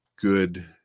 good